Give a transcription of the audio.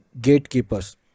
gatekeepers